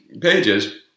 pages